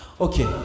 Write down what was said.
Okay